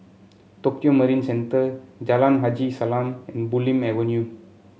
Tokio Marine Centre Jalan Haji Salam and Bulim Avenue